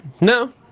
No